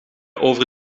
over